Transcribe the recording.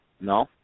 No